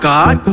God